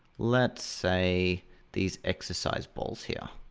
let's say these exercise balls here,